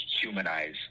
humanize